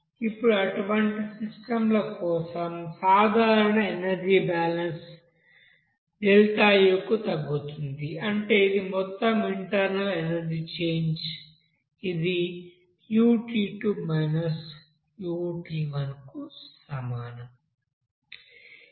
ఇప్పుడు అటువంటి సిస్టం ల కోసం సాధారణ ఎనర్జీ బాలన్స్ U కు తగ్గుతుంది అంటే ఇది మొత్తం ఇంటర్నల్ ఎనర్జీ చేంజ్ ఇది Ut2 Ut1 కు సమానం